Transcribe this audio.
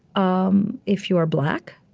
um if you are black,